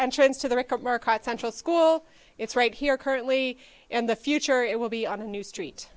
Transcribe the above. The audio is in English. entrance to the record market central school it's right here currently and the future it will be on a new street